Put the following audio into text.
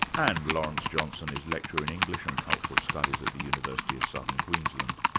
and lawrence johnson is lecturer in english and cultural studies at the university of southern queensland.